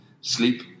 sleep